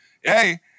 hey